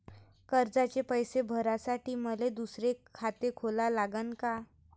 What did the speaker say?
कर्जाचे पैसे भरासाठी मले दुसरे खाते खोला लागन का?